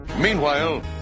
Meanwhile